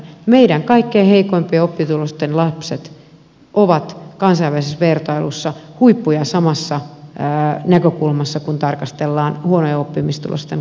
meidän kaikkein heikoimpien oppitulosten lapset ovat kansainvälisessä vertailussa huippuja samassa näkökulmassa kun tarkastellaan huonojen oppimistulosten kanssa lapsia